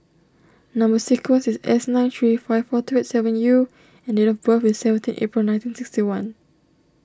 Number Sequence is S nine three five four two eight seven U and date of birth is seventeen April nineteen sixty one